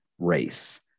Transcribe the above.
race